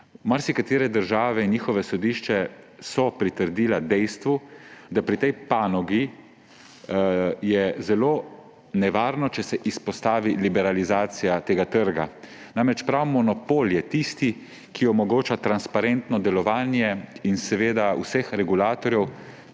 Marsikatere države in njihova sodišča so pritrdila dejstvu, da pri tej panogi je zelo nevarno, če se vzpostavi liberalizacija tega trga. Namreč prav monopol je tisti, ki omogoča transparentno delovanje vseh regulatorjev